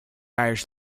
irish